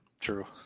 true